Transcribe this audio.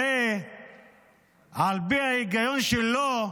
הרי על פי ההיגיון שלו,